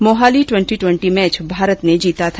Mohali twenty twenty match Bharat ने जीता था